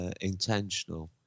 intentional